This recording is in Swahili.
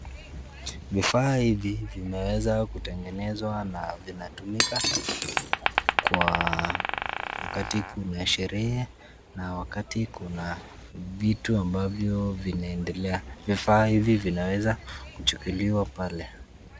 Vifaa hivi vimeweza kutengenezwa na vinatumika kwa wakati kuna sherehe na wakati kuna vitu ambavyo vinaendelea, vifaa hivi vinaweza kuchukuliwa pale.